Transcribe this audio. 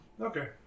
Okay